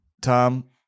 Tom